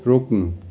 रोक्नु